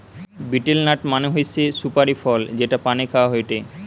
betel nut মানে হৈসে সুপারি ফল যেটা পানে খাওয়া হয়টে